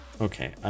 Okay